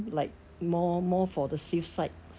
like more more for the safe side